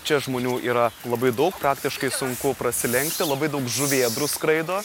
čia žmonių yra labai daug praktiškai sunku prasilenkti labai daug žuvėdrų skraido